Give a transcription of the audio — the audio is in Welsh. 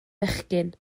fechgyn